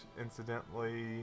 incidentally